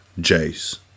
Jace